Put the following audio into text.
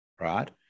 Right